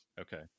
Okay